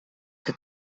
que